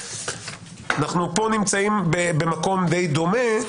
אנחנו פה נמצאים במקום די דומה,